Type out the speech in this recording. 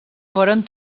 foren